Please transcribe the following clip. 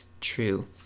true